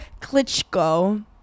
Klitschko